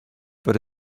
but